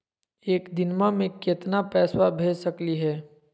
एक दिनवा मे केतना पैसवा भेज सकली हे?